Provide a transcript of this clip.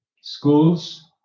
schools